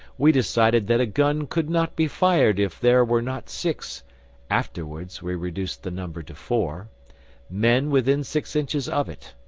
we decided that a gun could not be fired if there were not six afterwards we reduced the number to four men within six inches of it.